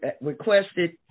requested